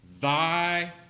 Thy